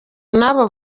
n’abo